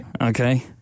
Okay